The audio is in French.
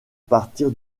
partir